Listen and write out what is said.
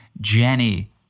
Jenny